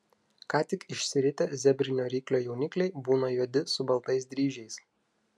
ką tik išsiritę zebrinio ryklio jaunikliai būna juodi su baltais dryžiais